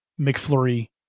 McFlurry